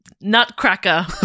Nutcracker